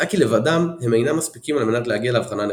מצאה כי לבדם הם אינם מספיקים על מנת להגיע לאבחנה נכונה.